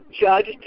judged